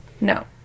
No